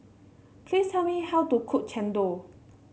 please tell me how to cook Chendol